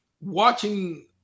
watching